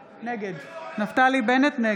(קוראת בשם חבר הכנסת) נפתלי בנט, נגד